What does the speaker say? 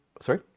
sorry